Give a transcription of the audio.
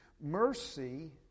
mercy